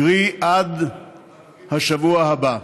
קרי עד השבוע הבא.